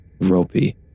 Ropey